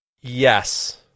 Yes